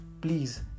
please